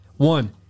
One